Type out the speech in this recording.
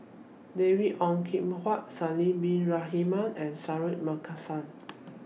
David Ong Kim Huat Haslir Bin Ibrahim and Suratman Markasan